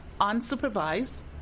unsupervised